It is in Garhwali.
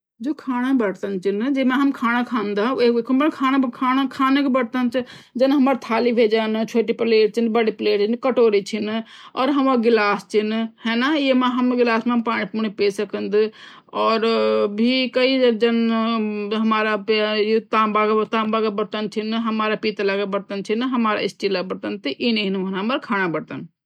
जो खाना बर्तन ची न वेका मतलब वेमा हम्म खाना खंडा जान हमारी थाली हुएजंडी छोटी प्लेट छीन बड़ी प्लेट छीन कटोरी ,और हमरु गिलास चीन येमा गिलास मई हम्म पानी पेसकंद और भी कई जान हमारा ताम्बा का बर्तन चीन पीतल का बर्तन हमारा स्टील का बर्तन तो इन येन हौंडा हमारा खाना का बर्तन